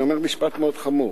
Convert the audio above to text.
אני אומר משפט מאוד חמור,